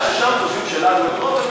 הבעיה ששם חושבים שלנו אין רוב,